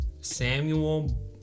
Samuel